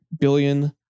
billion